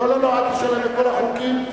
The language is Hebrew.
לשלב את כל החוקים.